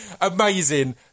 amazing